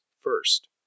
first